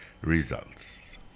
results